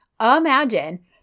imagine